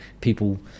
people